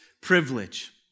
privilege